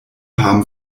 haben